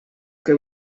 que